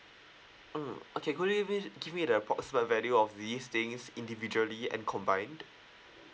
mm okay could you please give me the approximate value of these things individually and combined